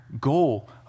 goal